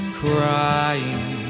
crying